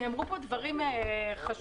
נאמרו פה דברים חשובים,